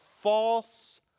false